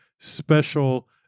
special